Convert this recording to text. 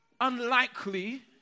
unlikely